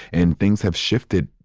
and things have shifted.